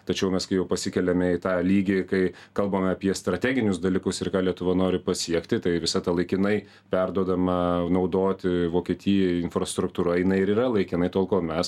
tačiau mes kai jau pasikeliame į tą lygį kai kalbame apie strateginius dalykus ir ką lietuva nori pasiekti tai visa ta laikinai perduodama naudoti vokietijai infrastruktūra jinai ir yra laikinai tol kol mes